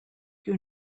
you